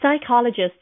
psychologists